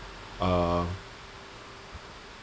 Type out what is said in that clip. uh